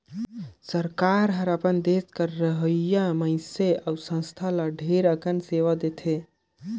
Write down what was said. सरकार हर अपन देस कर रहोइया मइनसे अउ संस्था ल ढेरे अकन सेवा देथे